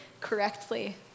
correctly